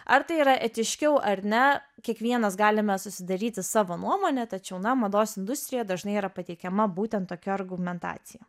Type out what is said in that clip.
ar tai yra etiškiau ar ne kiekvienas galime susidaryti savo nuomonę tačiau na mados industrijoj dažnai yra pateikiama būtent tokia argumentacija